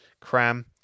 Cram